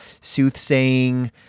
soothsaying